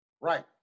Right